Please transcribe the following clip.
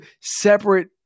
separate